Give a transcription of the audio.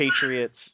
Patriots